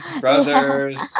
brothers